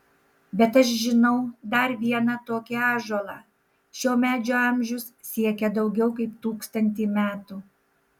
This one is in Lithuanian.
bet aš žinau dar vieną tokį ąžuolą šio medžio amžius siekia daugiau kaip tūkstantį metų